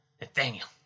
Nathaniel